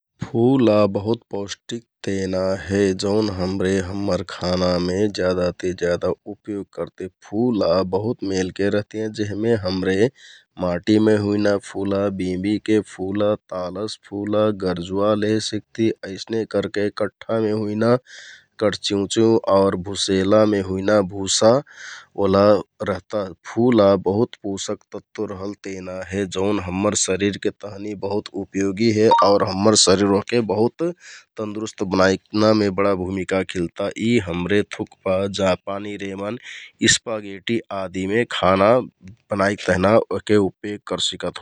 फुल बहुत पौष्टिक तेना हे जौन हमरे हम्मर खानामे ज्यादा ति ज्यादा उपयोग करति । फुला बहुत मेलके रहतियाँ जेहमे हमरे माटिमे हुइना फुला, बिंबिंके फुला, तानस फुला, गरजुवा लहे सिकति, अइसने करके कट्ठामे हुइना कटचिउँचिउँ आउर भुसेहलामे हुइना भुसा ओला रहता । फुला बहुत पोशक तत्व रहल तेना हे जौन हम्मर शरिरके तहनि बहुत उपयोगौ हे आउर हम्मर शरिर ओहके बहुत तन्दुरुस्त बनाइ नामे बडा भुमिका खिलता । यि हमरे युक्पा, जापानी रेमन, स्पागेटि आदिमे खाना बनाइक तेहना यहके उपयोग करसिकत होइ ।